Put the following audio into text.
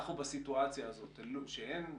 כשאנחנו בסיטואציה הזאת שאין מפכ"ל,